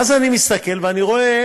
ואז אני מסתכל ואני רואה